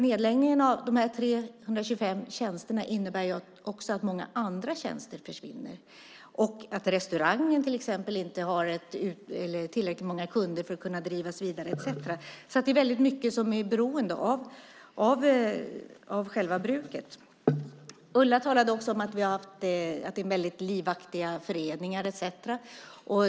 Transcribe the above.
Nedläggningen av de här 325 tjänsterna innebär att också många andra tjänster försvinner och att restaurangen till exempel inte har tillräckligt många kunder för att kunna drivas vidare, etcetera. Det är alltså väldigt mycket som är beroende av själva bruket. Ulla talade också om att det där är väldigt livaktiva föreningar etcetera.